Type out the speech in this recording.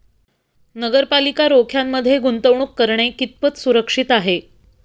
नगरपालिका रोख्यांमध्ये गुंतवणूक करणे कितपत सुरक्षित आहे?